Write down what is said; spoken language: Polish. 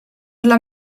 dla